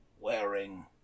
wearing